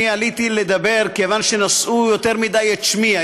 אני עליתי לדבר כיוון שנשאו יותר מדי את שמי.